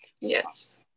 Yes